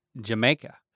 Jamaica